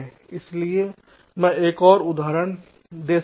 इसलिए मैं यहां एक उदाहरण दे सकता हूं